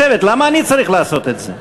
הסדרן ביקש ממך לשבת, למה אני צריך לעשות את זה?